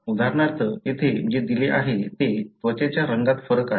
उदाहरणार्थ येथे जे दिले आहे ते त्वचेच्या रंगात फरक आहे